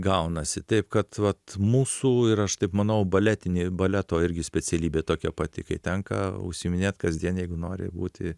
gaunasi taip kad vat mūsų ir aš taip manau baletinė baleto irgi specialybė tokia pati kai tenka užsiiminėt kasdien jeigu nori būti